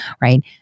right